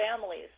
families